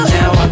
now